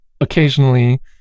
occasionally